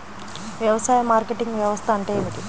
వ్యవసాయ మార్కెటింగ్ వ్యవస్థ అంటే ఏమిటి?